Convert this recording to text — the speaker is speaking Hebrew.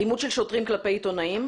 אלימות של שוטרים כלפי עיתונאים,